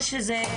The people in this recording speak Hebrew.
או שזה,